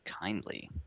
kindly